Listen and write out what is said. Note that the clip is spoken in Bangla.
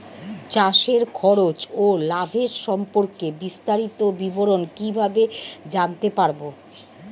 চাষে খরচ ও লাভের সম্পর্কে বিস্তারিত বিবরণ কিভাবে জানতে পারব?